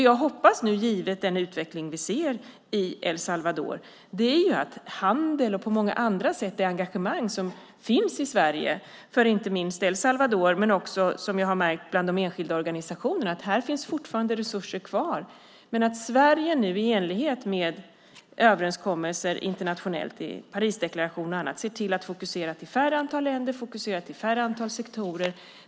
Jag hoppas nu, givet den utveckling vi ser i El Salvador, att handeln och det engagemang som på många andra sätt finns i Sverige för inte minst El Salvador ska fortsätta. Jag har också märkt bland enskilda organisationer att det fortfarande finns resurser kvar. Jag hoppas att Sverige nu i enlighet med överenskommelser internationellt, Parisdeklaration och annat, ser till att fokusera på färre länder och ett mindre antal sektorer.